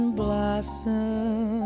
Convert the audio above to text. blossom